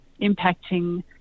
impacting